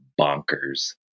bonkers